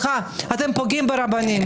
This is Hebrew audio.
אתם פוגעים ברבנים.